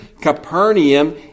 Capernaum